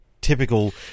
typical